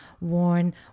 Worn